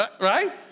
Right